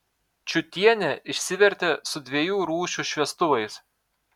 čiutienė išsivertė su dviejų rūšių šviestuvais